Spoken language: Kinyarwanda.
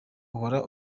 uhora